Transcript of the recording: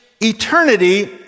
eternity